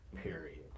period